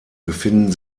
befinden